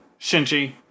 Shinji